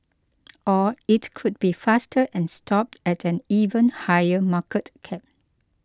or it could be faster and stop at an even higher market cap